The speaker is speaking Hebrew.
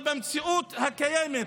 אבל במציאות הקיימת,